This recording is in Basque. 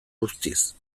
guztiz